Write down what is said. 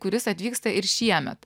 kuris atvyksta ir šiemet